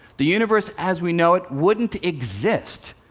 the universe, as we know it, wouldn't exist.